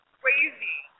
crazy